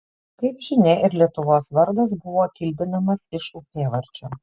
kaip žinia ir lietuvos vardas buvo kildinamas iš upėvardžio